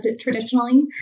traditionally